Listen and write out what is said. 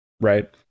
right